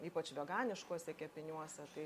ypač veganiškuose kepiniuose tai